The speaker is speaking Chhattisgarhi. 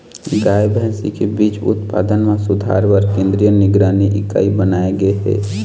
गाय, भइसी के बीज उत्पादन म सुधार बर केंद्रीय निगरानी इकाई बनाए गे हे